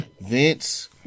Vince